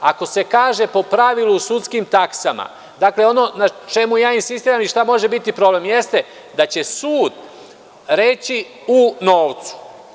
Ako se kaže po pravilu u sudskim taksama, dakle, ono na čemu insistiram i šta može biti problem jeste da će sud reći – novcu.